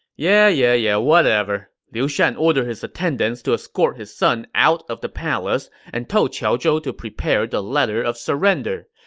yeah yeah yeah whatever. liu shan ordered his attendants to escort his son out of the palace and told qiao zhou to prepare the letter of surrender.